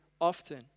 often